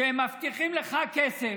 הם מבטיחים לך כסף,